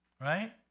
right